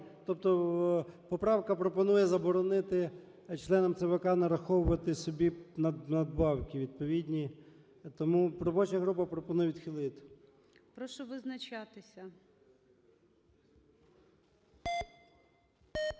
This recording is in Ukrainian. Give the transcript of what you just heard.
тобто поправка пропонує заборонити членам ЦВК нараховувати собі надбавки відповідні. Тому робоча група пропонує відхилити. ГОЛОВУЮЧИЙ. Прошу визначатися. 17:36:04